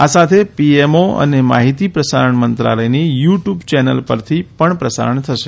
આ સાથે પીએમઓ અને માહિતી અને પ્રસારણ મંત્રાલયની યુ ટ્યૂબ ચેનલો ઉપરથી પણ પ્રસારણ થશે